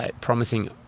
promising